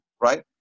right